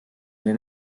oli